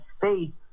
faith